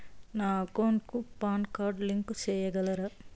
నా అకౌంట్ కు PAN card link సేయగలరా?